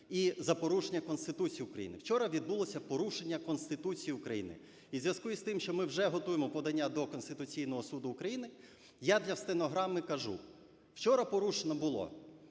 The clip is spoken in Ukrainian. і за порушення Конституції України. Вчора відбулося порушення Конституції України. І у зв'язку із тим, що ми вже готуємо подання до Конституційного Суду України, я для стенограми кажу. Вчора порушено було